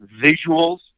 visuals